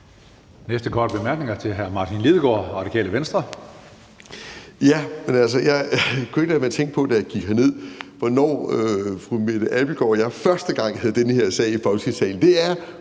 Næste korte bemærkning er til hr. Martin Lidegaard, Radikale Venstre. Kl. 17:23 Martin Lidegaard (RV): Jeg kunne ikke lade være med at tænke på, da jeg gik herned, hvornår fru Mette Abildgaard og jeg første gang havde den her sag i Folketingssalen.